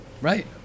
right